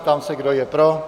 Ptám se, kdo je pro?